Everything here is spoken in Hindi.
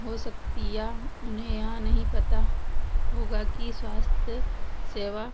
हो सकती है या उन्हें यहाँ नहीं पता होगा कि स्वास्थ्य सेवा